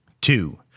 two